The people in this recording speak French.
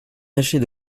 tâchait